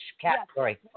category